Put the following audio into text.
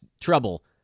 trouble